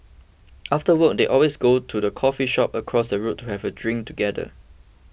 after work they always go to the coffee shop across the road to have a drink together